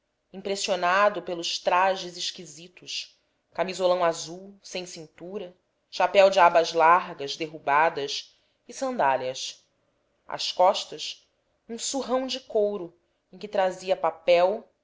impressionando pelos trajes esquisitos camisolão azul sem cintura chapéu de abas largas derrubadas e sandálias às costas um surrão de couro em que trazia papel